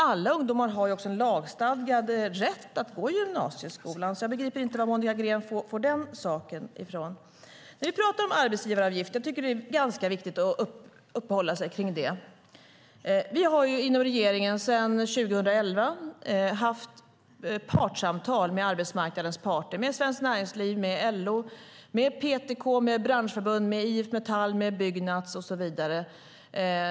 Alla ungdomar har också en lagstadgad rätt att gå i gymnasieskolan, så jag begriper inte vad Monica Green får detta ifrån. Jag tycker att det är ganska viktigt att vi uppehåller oss vid arbetsgivaravgifterna. Vi har inom regeringen sedan 2011 haft partssamtal med arbetsmarknadens parter - med Svenskt Näringsliv, med LO, med PTK, med branschförbund, med IF Metall, med Byggnads och så vidare.